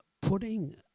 putting